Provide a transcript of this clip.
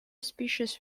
species